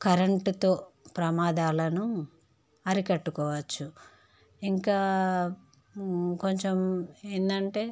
కరెంటుతో ప్రమాదాలను అరికట్టుకోవచ్చు ఇంకా కొంచెం ఏంటంటే